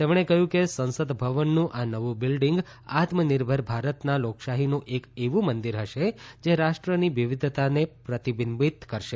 તેમણે કહ્યું કે સંસદ ભવનનું આ નવું બિલ્ડીંગ આત્મનિર્ભર ભારતના લોકશાહીનું એક એવું મંદિર હશે જે રાષ્ટ્રની વિવિધતાને પ્રતિબિંબિત કરશે